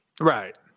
Right